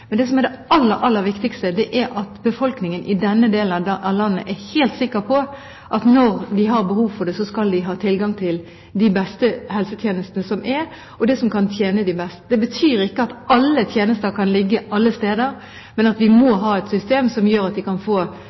Men det som er det aller, aller viktigste, er at befolkningen i denne delen av landet er helt sikker på at når de har behov for det, skal de ha tilgang til de beste helsetjenestene som er, og det som kan tjene dem best. Det betyr ikke at alle tjenester kan ligge alle steder, men at vi må ha et system som gjør at vi kan få